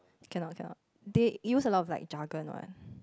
cannot cannot they use a lot like jargon what